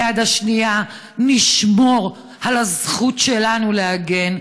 ביד שנייה נשמור על הזכות שלנו להגן.